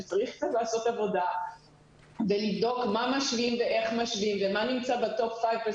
שצריך קצת לעשות עבודה ולבדוק מה משווים ואיך משווים ומה נמצא בטופ 5%,